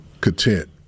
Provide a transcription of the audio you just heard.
content